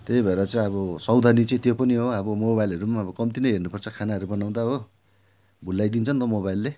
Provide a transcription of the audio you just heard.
त्यही भएर चाहिँ अब सावधानी चाहिँ त्यो पनि हो अब मोबाइलहरू अब कम्ती नै हेर्नु पर्छ खानाहरू बनाउँदा हो भुल्याइदिन्छन् त मोबाइलले